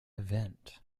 event